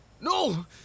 No